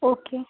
okay